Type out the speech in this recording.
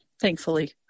thankfully